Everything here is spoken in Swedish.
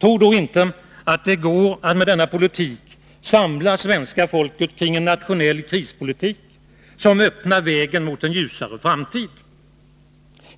Tro då inte att det går att med denna politik samla svenska folket kring en nationell krispolitik som öppnar vägen mot en ljusare framtid.